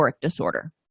disorder